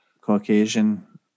Caucasian